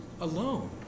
alone